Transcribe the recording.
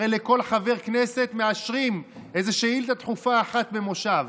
הרי לכל חבר כנסת מאשרים איזה שאילתה דחופה אחת במושב.